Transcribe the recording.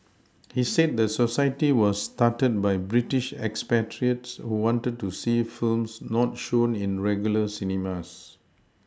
he said the society was started by British expatriates who wanted to see films not shown in regular cinemas